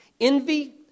Envy